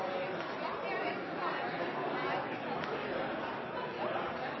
den